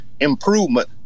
improvement